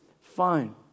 fine